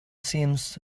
seems